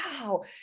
wow